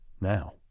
now